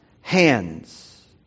hands